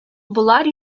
болар